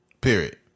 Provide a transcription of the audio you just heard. Period